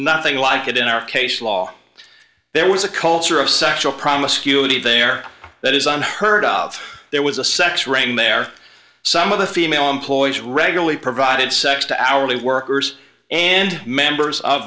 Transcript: nothing like it in our case law there was a culture of sexual promiscuity there that is unheard of there was a sex ring there some of the female employees regularly provided sex to hourly workers and members of